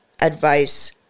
advice